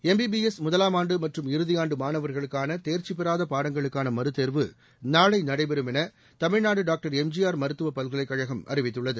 MBBS முதலாமாண்டு மற்றும் இறுதியாண்டு மாணவர்களுக்கான தேர்ச்சி பெறாத பாடங்களுக்கான மறுதேர்வு நாளை நடைபெறும் என தமிழ்நாடு டாங்டர் எம்ஜிஆர் மருத்துவப் பல்கலைக் கழகம் அறிவித்துள்ளது